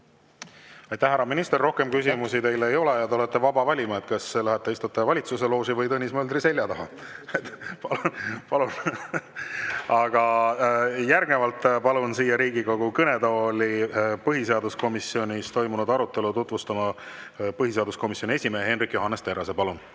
Aitäh, härra minister! Rohkem küsimusi teile ei ole ja te olete vaba valima, kas lähete istute valitsuse looži või Tõnis Möldri selja taha. (Naerab.) Järgnevalt palun siia Riigikogu kõnetooli põhiseaduskomisjonis toimunud arutelu tutvustama põhiseaduskomisjoni esimehe Hendrik Johannes Terrase. Palun!